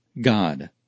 God